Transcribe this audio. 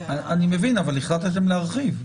אני מבין, אבל החלטת להרחיב.